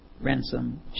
ransom